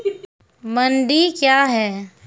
मंडी क्या हैं?